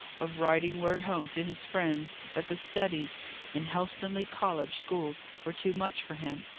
of writing word home to his friends that the studies in helstonleigh college school were too much for him,